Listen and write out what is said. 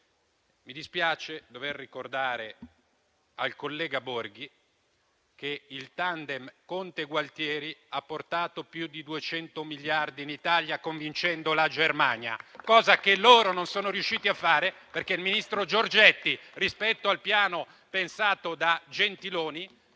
Mi dispiace dover ricordare al collega Claudio Borghi che il tandem Conte-Gualtieri ha portato più di 200 miliardi in Italia, convincendo la Germania, cosa che loro non sono riusciti a fare, perché il ministro Giorgetti, rispetto a quello pensato da Gentiloni,